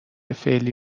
فعلی